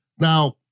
Now